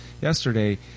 yesterday